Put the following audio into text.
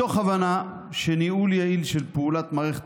מתוך הבנה שבניהול יעיל של פעולת מערכת